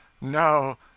No